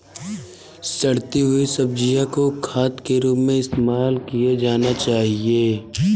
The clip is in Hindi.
सड़ती हुई सब्जियां को खाद के रूप में इस्तेमाल किया जाना चाहिए